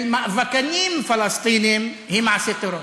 פלסטינים או דבקה של מאבקנים פלסטינים היא מעשה טרור.